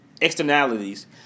externalities